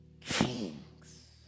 kings